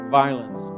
violence